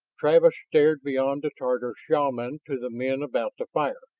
travis stared beyond the tatar shaman to the men about the fire.